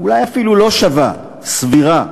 אולי אפילו לא שווה, סבירה,